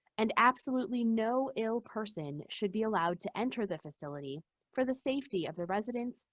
and absolutely no ill person should be allowed to enter the facility for the safety of the residents,